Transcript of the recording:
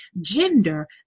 gender